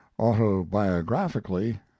autobiographically